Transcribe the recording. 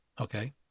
okay